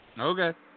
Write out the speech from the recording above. Okay